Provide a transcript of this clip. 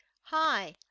Hi